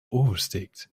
oversteekt